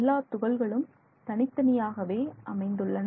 எல்லா துகள்களும் தனித்தனியாகவே அமைந்துள்ளன